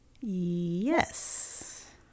Yes